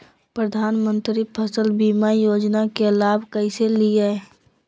प्रधानमंत्री फसल बीमा योजना के लाभ कैसे लिये?